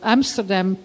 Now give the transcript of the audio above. Amsterdam